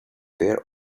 there